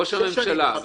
ראש הממשלה.